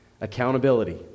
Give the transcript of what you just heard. Accountability